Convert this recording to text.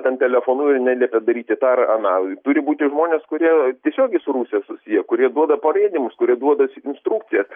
ten telefonu neliepia daryti tą ar aną turi būti žmonės kurie tiesiogiai su rusija susiję kurie duoda parėdymus kurie duoda instrukcijas